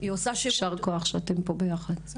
ישר כוח שאתן פה ביחד.